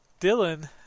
Dylan